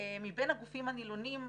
מבין הגופים הנלונים,